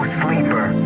sleeper